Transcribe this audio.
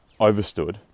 overstood